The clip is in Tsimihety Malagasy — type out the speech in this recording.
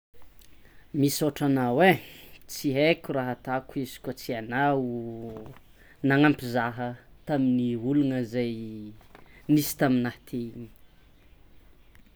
Misaotra anao, tsy aiko raha ataoko izy koa tsisy anao nagnampy zaha tamin'ny olana zay nisy taminah teo igny.